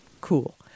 cool